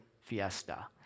Fiesta